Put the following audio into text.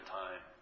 time